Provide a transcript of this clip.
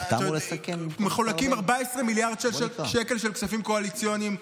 מחולקים 14 מיליארד שקלים של כספים קואליציוניים.